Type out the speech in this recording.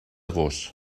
gos